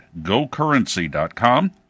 GoCurrency.com